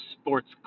sports